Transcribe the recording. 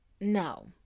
No